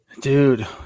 Dude